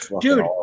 Dude